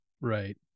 Right